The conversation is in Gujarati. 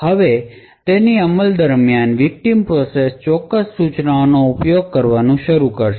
હવે તેની અમલ દરમિયાન વિકટીમ પ્રોસેસ ચોક્કસ સૂચનાઓનો ઉપયોગ કરવાનું શરૂ કરશે